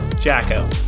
Jacko